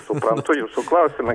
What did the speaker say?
suprantu jūsų klausimą